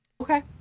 Okay